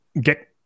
get